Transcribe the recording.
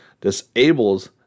disables